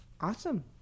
Awesome